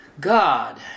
God